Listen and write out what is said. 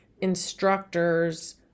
instructors